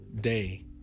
day